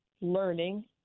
learning